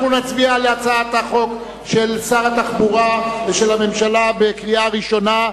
אנחנו נצביע על הצעת החוק של שר התחבורה ושל הממשלה בקריאה ראשונה.